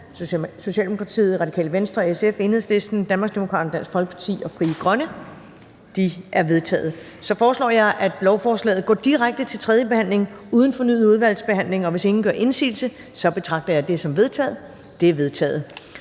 tiltrådt af et flertal (S, RV, SF, EL, DD, DF og FG)? De er vedtaget. Så foreslår jeg, at lovforslaget går direkte til tredje behandling uden fornyet udvalgsbehandling, og hvis ingen gør indsigelse, betragter jeg det som vedtaget. Det er vedtaget.